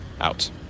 out